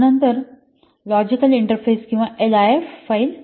तर नंतर logical interface किंवा एल आय एफ फाईल